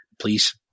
Please